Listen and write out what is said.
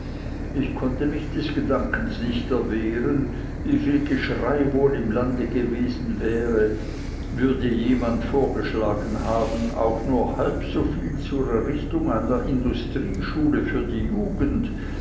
ich konnte mich des gedankens nicht erwehren wieviel geschrei wohl im lande gewesen wäre würde jemand vorgeschlagen haben auch nur halb soviel zur errichtung einer industrieschule für die jugend